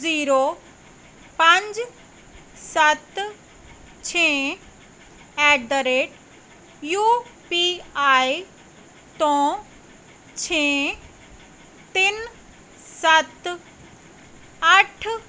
zero ਪੰਜ ਸੱਤ ਛੇ ਐੱਟ ਦਾ ਰੇਟ ਯੂ ਪੀ ਆਈ ਤੋਂ ਛੇ ਤਿੰਨ ਸੱਤ ਅੱਠ